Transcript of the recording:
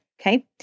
okay